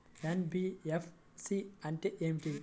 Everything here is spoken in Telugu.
ఎన్.బీ.ఎఫ్.సి అంటే ఏమిటి?